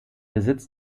besitz